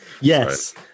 Yes